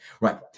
right